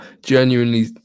genuinely